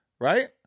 right